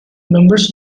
members